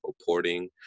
reporting